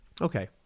Okay